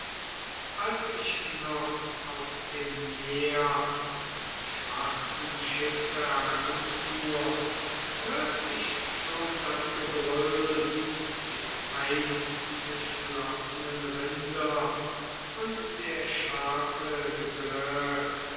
als ich noch auf dem meer im schwarzen schiffe heranfuhr hört ich schon das gebrüll der eingeschlossenen rinder und der schafe geblök